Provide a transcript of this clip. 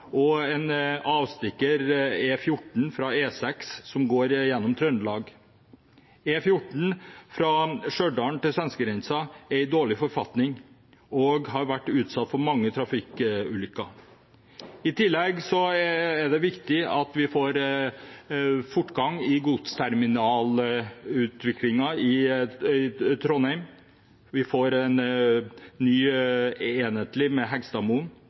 og en avstikker av E14 fra E6 som går gjennom Trøndelag. E14 fra Stjørdal til svenskegrensen er i dårlig forfatning og har vært utsatt for mange trafikkulykker. I tillegg er det viktig at vi får fortgang i godsterminalutviklingen i Trondheim med en ny enhetlig løsning på Heggstadmoen, og at vi får en